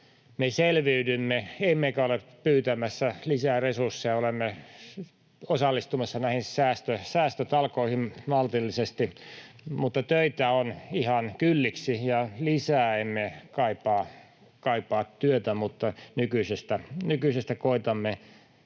me selviydymme emmekä ole pyytämässä lisää resursseja. Olemme osallistumassa näihin säästötalkoisiin maltillisesti. Töitä on ihan kylliksi, ja lisää emme kaipaa työtä, mutta nykyisestä koetamme